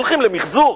הולכים למיחזור.